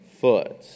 foot